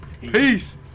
Peace